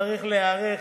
צריך להיערך,